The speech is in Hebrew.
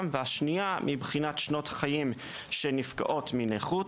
והשנייה מבחינת שנות חיים שנפגעות מנכות